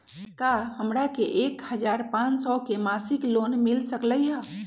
का हमरा के एक हजार पाँच सौ के मासिक लोन मिल सकलई ह?